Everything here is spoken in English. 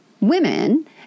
women